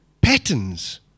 patterns